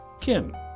Kim